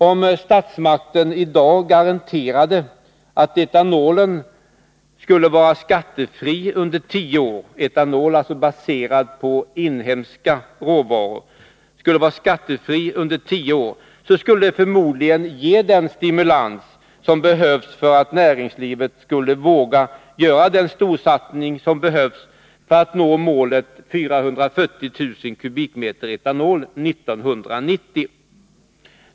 Om statsmakten i dag garanterade att etanolen baserad på inhemska råvaror, skulle vara skattefri under tio år skulle det förmodligen ge den stimulans som behövs för att näringslivet skulle våga göra den storsatsning som behövs för att nå målet 440 000 m? etanol 1990.